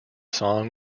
song